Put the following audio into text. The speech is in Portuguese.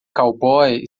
cowboy